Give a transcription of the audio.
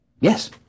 Yes